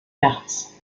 märz